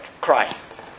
Christ